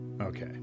Okay